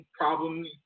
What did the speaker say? problems